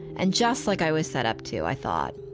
and just like i was set up to, i thought,